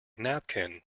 napkin